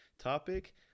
topic